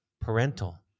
parental